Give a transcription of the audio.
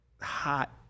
hot